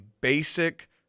basic